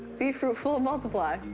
be fruitful and multiply.